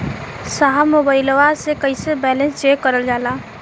साहब मोबइलवा से कईसे बैलेंस चेक करल जाला?